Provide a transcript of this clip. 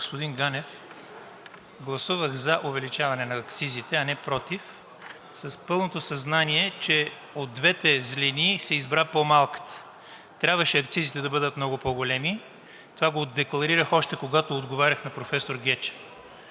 господин Ганев, гласувах за увеличаване на акцизите, а не против с пълното съзнание, че от двете злини се избра по-малката. Трябваше акцизите да бъдат много по-големи. Това го декларирах, още когато отговарях на професор Гечев.